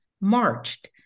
marched